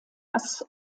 hass